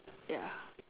ya